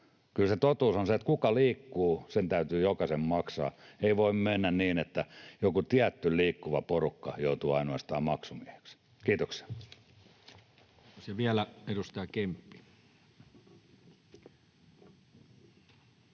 Kyllä se totuus on se, että jokaisen, joka liikkuu, täytyy maksaa. Ei voi mennä niin, että ainoastaan joku tietty liikkuva porukka joutuu maksumieheksi. — Kiitoksia.